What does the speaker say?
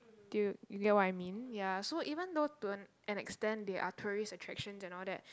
do you you get what I mean ya so even though to an an extent they are tourist attractions and all that